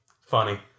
funny